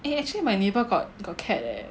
eh actually my neighbor got got cat leh